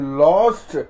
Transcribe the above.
lost